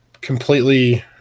completely